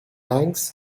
banks